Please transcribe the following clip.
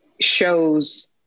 shows